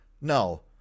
no